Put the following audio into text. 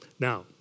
Now